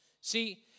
See